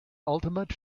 ultimate